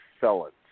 felons